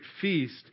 feast